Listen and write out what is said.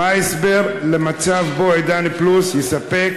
3. מה הוא ההסבר למצב שבו "עידן פלוס" יספק